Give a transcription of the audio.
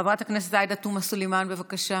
חברת הכנסת עאידה תומא סלימאן, בבקשה.